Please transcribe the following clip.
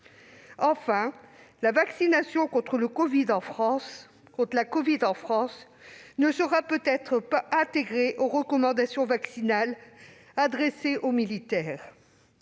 Enfin, la vaccination contre la covid en France ne sera peut-être pas intégrée aux recommandations vaccinales adressées aux militaires.